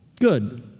Good